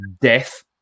Death